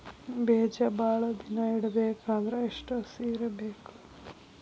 ಬೇಜ ಭಾಳ ದಿನ ಇಡಬೇಕಾದರ ಎಷ್ಟು ಹಸಿ ಇರಬೇಕು?